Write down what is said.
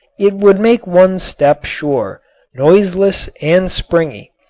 it would make one's step sure noiseless and springy,